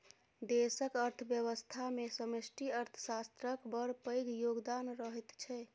देशक अर्थव्यवस्थामे समष्टि अर्थशास्त्रक बड़ पैघ योगदान रहैत छै